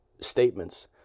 statements